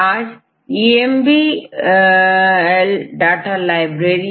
आजEMBL data library है